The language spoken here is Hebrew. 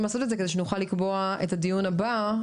לעשות את זה כדי שנוכל לקבוע את הדיון הבא.